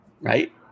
right